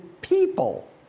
people